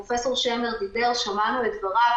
פרופ' שמר דיבר ושמענו את דבריו.